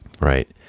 Right